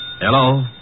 Hello